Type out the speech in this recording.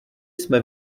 jsme